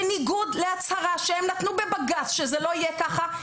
בניגוד להצהרה שהם נתנו בבג"ץ שזה לא יהיה ככה,